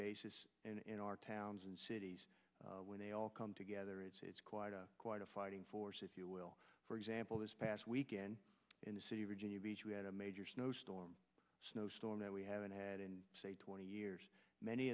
and in our towns and cities where they all come together it's quite a quite a fighting force if you will for example this past weekend in the city virginia beach we had a major snowstorm snowstorm that we haven't had in say twenty years many